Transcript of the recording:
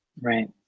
right